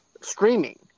streaming